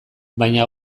baina